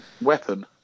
weapon